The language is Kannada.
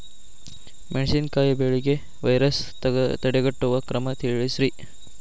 ಮೆಣಸಿನಕಾಯಿ ಬೆಳೆಗೆ ವೈರಸ್ ತಡೆಗಟ್ಟುವ ಕ್ರಮ ತಿಳಸ್ರಿ